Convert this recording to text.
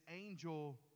angel